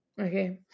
okay